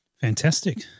Fantastic